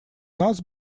нас